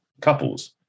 couples